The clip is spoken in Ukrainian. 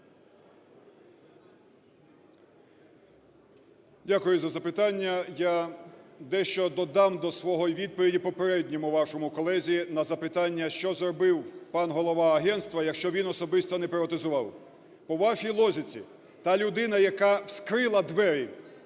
Дякую за запитання. Я дещо додам до своєї відповіді попередньому вашому колезі на запитання, що зробив пан голова агентства, якщо він особисто не приватизував. По вашій логіці, та людина, яка скрила двері